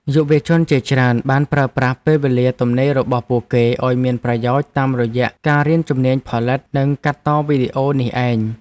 យុវជនជាច្រើនបានប្រើប្រាស់ពេលវេលាទំនេររបស់ពួកគេឱ្យមានប្រយោជន៍តាមរយៈការរៀនជំនាញផលិត និងកាត់តវីដេអូនេះឯង។